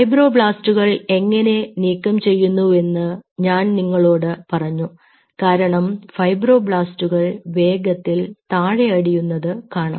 ഫൈബ്രോബ്ലാസ്റ്റുകൾ എങ്ങനെ നീക്കംചെയ്യുന്നുവെന്ന് ഞാൻ നിങ്ങളോട് പറഞ്ഞു കാരണം ഫൈബ്രോബ്ലാസ്റ്റുകൾ വേഗത്തിൽ താഴെ അടിയുന്നത് കാണാം